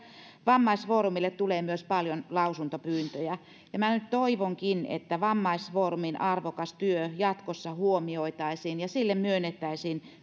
vammaisfoorumille tulee myös paljon lausuntopyyntöjä nyt minä toivonkin että vammaisfoorumin arvokas työ jatkossa huomioitaisiin ja sille myönnettäisiin